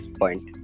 point